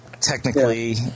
technically